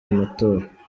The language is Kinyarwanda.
amatora